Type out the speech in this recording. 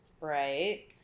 right